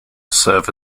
serve